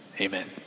Amen